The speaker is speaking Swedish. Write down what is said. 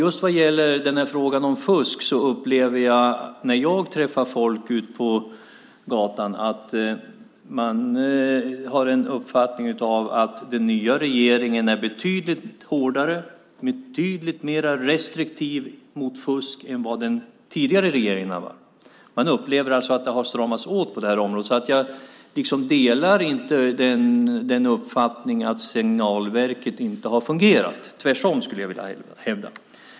När det gäller frågan om fusk så upplever jag att när jag träffar folk ute på gatan har de en uppfattning att den nya regeringen är betydligt hårdare och mer restriktiv mot fusk än vad den tidigare regeringen var. Man upplever alltså att det har stramats åt på detta område. Jag delar inte uppfattningen att signalverket inte har fungerat, tvärtom skulle jag vilja hävda.